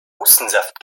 hustensaft